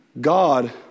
God